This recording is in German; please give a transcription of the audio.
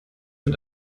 mit